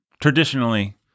traditionally